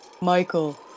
Michael